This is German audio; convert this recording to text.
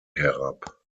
herab